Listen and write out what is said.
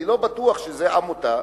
אני לא בטוח שזה עמותה,